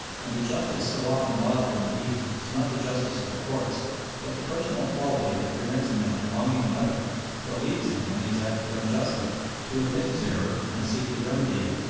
and the justice so often lauded in the east is not the justice of the courts but the personal quality that prevents a man wronging another or leads him when he has acted unjustly to admit his error and seek to remedy it.